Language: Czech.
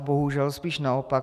Bohužel, spíše naopak.